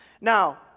Now